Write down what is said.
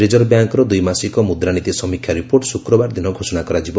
reserve ବ୍ୟାଙ୍କର ଦ୍ୱିମାସିକ ମୁଦ୍ରାନୀତି ସମୀକ୍ଷା ରିପୋର୍ଟ ଶୁକ୍ରବାର ଦିନ ଘୋଷଣା କରାଯିବ